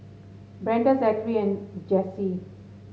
Brenda Zakary and Jessye